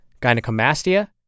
gynecomastia